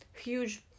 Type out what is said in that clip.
Huge